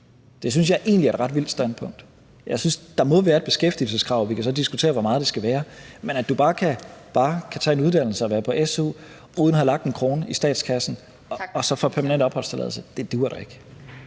Det synes jeg egentlig er et ret vildt standpunkt. Jeg synes, at der må være et beskæftigelseskrav – vi kan så diskutere, hvor meget det skal være – men at du bare kan tage en uddannelse og være på su uden at have lagt en krone i statskassen og så få permanent opholdstilladelse, duer da ikke.